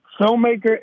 filmmaker